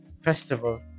festival